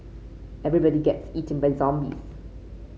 everybody gets eaten by zombies